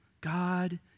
God